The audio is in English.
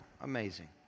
Amazing